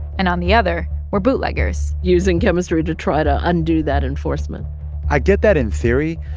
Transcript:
and on the other were bootleggers using chemistry to try to undo that enforcement i get that in theory.